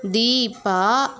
Deepa